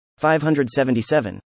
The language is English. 577